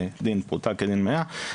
דין פרוטה כדין מאה,